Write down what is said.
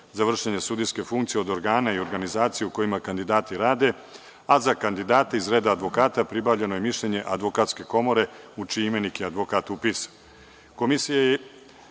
za vršenje sudijske funkcije od organa i organizacija u kojima kandidati rade, a za kandidate iz reda advokata pribavljeno je mišljenje advokatske komore u čiji imenik je advokat upisan.